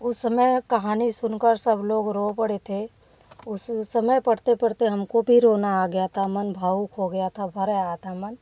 उस समय कहानी सुनकर सब लोग रो पड़े थे उस समय पढ़ते पढ़ते हमको भी रोना आ गया था मन भावुक हो गया था भर आया था मन